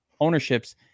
ownerships